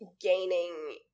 gaining